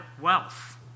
wealth